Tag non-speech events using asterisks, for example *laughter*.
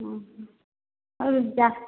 *unintelligible*